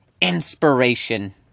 inspiration